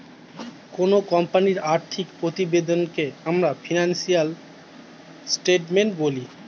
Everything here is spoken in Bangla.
কোনো কোম্পানির আর্থিক প্রতিবেদনকে আমরা ফিনান্সিয়াল স্টেটমেন্ট বলি